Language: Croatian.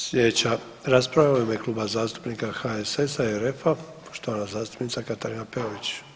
Sljedeća rasprava u ime Kluba zastupnika HSS-a i RF-a poštovana zastupnica Katarina Peović.